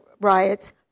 riots